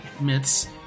myths